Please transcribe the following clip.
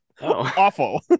Awful